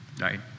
Right